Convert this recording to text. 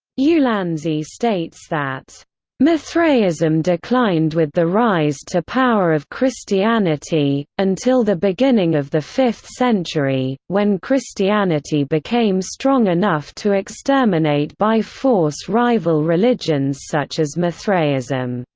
ulansey states that mithraism declined with the rise to power of christianity, until the beginning of the fifth century, when christianity became strong enough to exterminate by force rival religions such as mithraism.